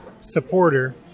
supporter